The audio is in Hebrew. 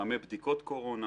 מתחמי בדיקות קורונה,